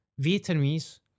Vietnamese